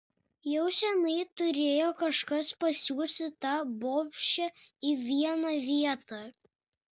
jau seniai turėjo kažkas pasiųsti tą bobšę į vieną vietą